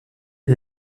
est